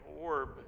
orb